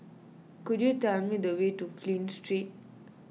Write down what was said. could you tell me the way to Flint Street